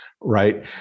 right